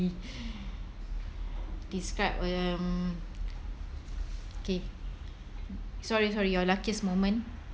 describe um okay sorry sorry your luckiest moment